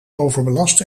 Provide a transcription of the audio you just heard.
overbelast